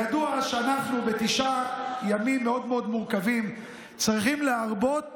ידוע שאנחנו בתשעה ימים מאוד מאוד מורכבים צריכים להרבות